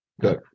good